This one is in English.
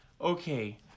okay